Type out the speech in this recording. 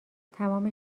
تمام